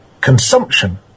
consumption